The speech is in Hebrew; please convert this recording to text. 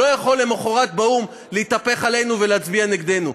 לא יכול למחרת באו"ם להתהפך עלינו ולהצביע נגדנו.